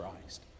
Christ